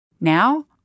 Now